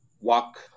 walk